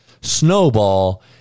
snowball